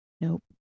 Nope